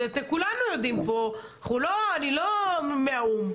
את זה כולנו יודעים פה, אני לא מהאו"ם.